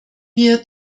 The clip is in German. wir